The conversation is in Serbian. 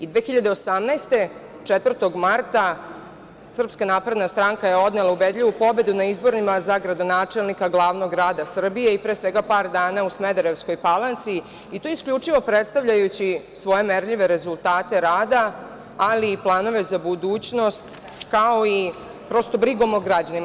I 2018. godine, 4. marta SNS je odnela ubedljivu pobedu na izborima za gradonačelnika glavnom grada Srbije i pre svega par dana u Smederevskoj Palanci i to isključivo predstavljajući svoje merljive rezultate rada, ali i planove za budućnost, kao i brigom o građanima.